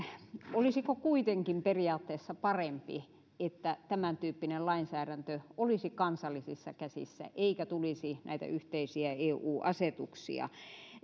olisiko kuitenkin periaatteessa parempi että tämän tyyppinen lainsäädäntö olisi kansallisissa käsissä eikä tulisi näitä yhteisiä eu asetuksia